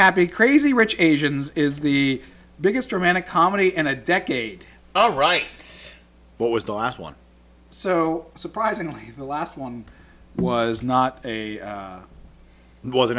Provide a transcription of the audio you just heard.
happy crazy rich asians is the biggest romantic comedy in a decade all right what was the last one so surprisingly the last one was not a